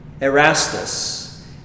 Erastus